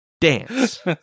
Dance